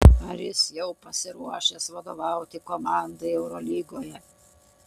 ar jis jau pasiruošęs vadovauti komandai eurolygoje